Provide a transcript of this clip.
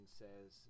says